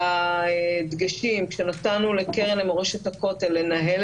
והדגשים כשנתנו לקרן למורשת הכותל לנהל